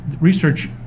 Research